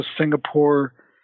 Singapore